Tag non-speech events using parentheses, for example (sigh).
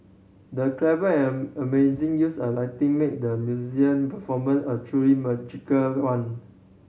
the clever and (unintelligible) amazing use of lighting made the (unintelligible) performance a truly magical one